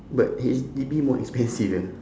but H_D_B more expensive eh